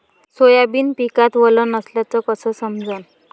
Soybean पिकात वल नसल्याचं कस समजन?